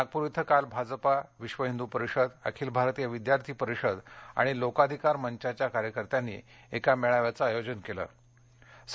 नागपूर इथं काल भाजपा विध हिंदू परिषद अखिल भारतीय विद्यार्थी परिषद आणि लोकाधिकार मंचाच्या कार्यकर्त्यांनी एका रॅलीचं आयोजन केलं होतं